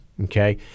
okay